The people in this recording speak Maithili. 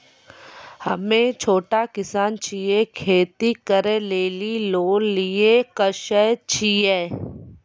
हम्मे छोटा किसान छियै, खेती करे लेली लोन लिये सकय छियै?